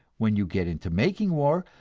when you get into making war,